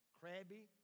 crabby